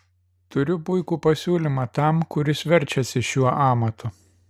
turiu puikų pasiūlymą tam kuris verčiasi šiuo amatu